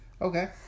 okay